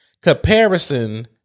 comparison